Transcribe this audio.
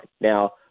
Now